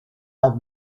have